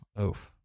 oof